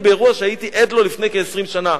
באירוע שהייתי עד לו לפני כ-20 שנה.